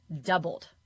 doubled